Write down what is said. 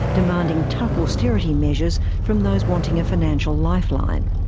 demanding tough austerity measures from those wanting a financial lifeline.